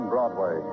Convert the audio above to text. Broadway